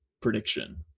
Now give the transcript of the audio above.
prediction